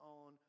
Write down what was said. on